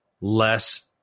less